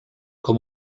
com